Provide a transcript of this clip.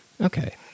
Okay